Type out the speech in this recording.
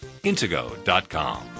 intego.com